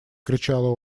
кричала